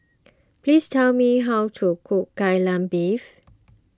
please tell me how to cook Kai Lan Beef